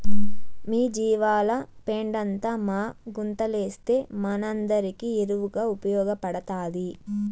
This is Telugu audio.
మీ జీవాల పెండంతా మా గుంతలేస్తే మనందరికీ ఎరువుగా ఉపయోగపడతాది